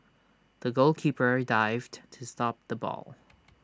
the goalkeeper dived to stop the ball